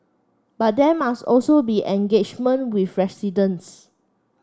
but there must also be engagement with residents